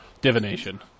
divination